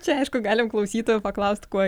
čia aišku galim klausytojų paklausti kuo